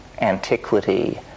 antiquity